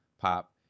pop